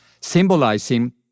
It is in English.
symbolizing